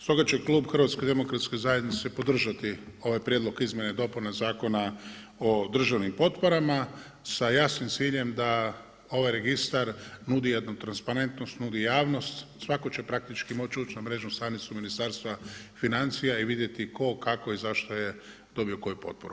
Stoga će klub HDZ-a podržati ovaj prijedlog izmjena i dopuna Zakona o državnim potporama sa jasnim ciljem da ovaj registar nudi jednu transparentnost, nudi javnost svako će praktički moći ući na mrežnu stanicu Ministarstva financija i vidjeti tko, kako i zašto je dobio koju potporu.